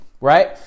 right